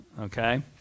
Okay